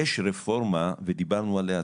יש רפורמה ודיברנו עליה,